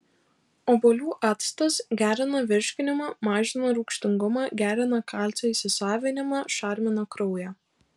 obuolių actas gerina virškinimą mažina rūgštingumą gerina kalcio įsisavinimą šarmina kraują